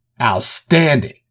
outstanding